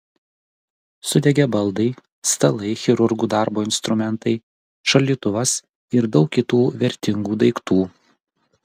sudegė baldai stalai chirurgų darbo instrumentai šaldytuvas ir daug kitų vertingų daiktų